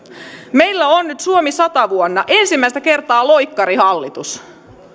meillä on nyt suomi sata vuonna ensimmäistä kertaa loikkarihallitus